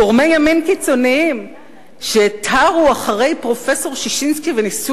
גורמי ימין קיצוניים שתרו אחרי פרופסור ששינסקי וניסו